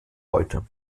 heute